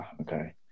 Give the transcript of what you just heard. okay